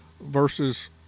versus